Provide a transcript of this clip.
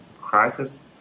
crisis